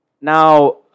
Now